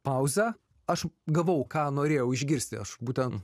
pauzę aš gavau ką norėjau išgirsti aš būtent